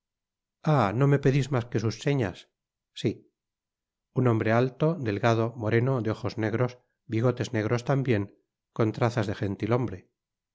no me pedis mas que sus señas si un hombre alio delgado moreno de ojos negros bigotes negros tambien con trazas de